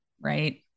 right